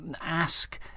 Ask